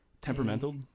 Temperamental